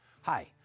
Hi